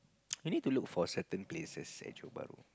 you need to look for certain places at Johor-Bahru